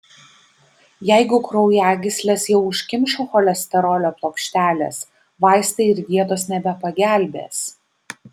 jeigu kraujagysles jau užkimšo cholesterolio plokštelės vaistai ir dietos nebepagelbės